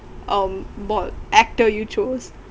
um bought actor you chose